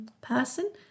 person